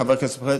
חבר הכנסת פריג',